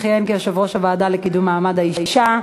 לוועדה לקידום מעמד האישה.